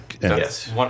yes